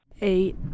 Eight